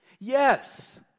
Yes